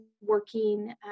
working